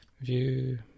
View